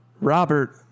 Robert